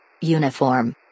Uniform